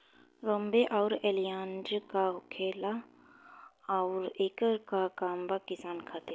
रोम्वे आउर एलियान्ज का होला आउरएकर का काम बा किसान खातिर?